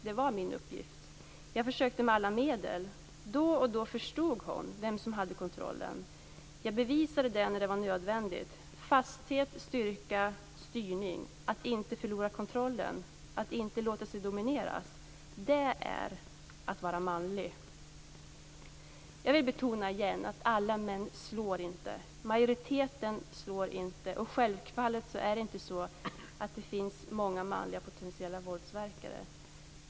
Det var min uppgift. Jag försökte med alla medel. Då och då förstod hon vem som hade kontrollen. Jag bevisade det när det var nödvändigt. Fasthet, styrka, styrning, att inte förlora kontrollen, att inte låta sig domineras - det är att vara manlig. Jag vill betona igen att alla män inte slår - majoriteten slår inte. Självfallet är det inte så att det finns många manliga potentiella våldsverkare.